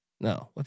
No